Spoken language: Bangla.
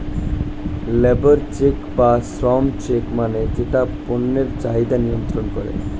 লেবর চেক্ বা শ্রম চেক্ মানে যেটা পণ্যের চাহিদা নিয়ন্ত্রন করে